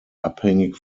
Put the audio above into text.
abhängig